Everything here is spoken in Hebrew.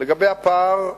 לגבי הפער,